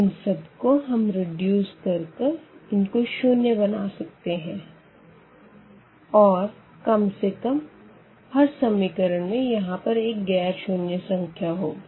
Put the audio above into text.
इन सब को हम रिड्यूस कर कर इनको शून्य बना सकते है और कम से कम हर इक्वेशन में यहाँ पर एक गैर शून्य संख्या होगी